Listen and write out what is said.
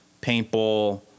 paintball